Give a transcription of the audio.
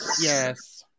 Yes